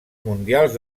mundials